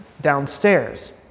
downstairs